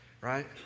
right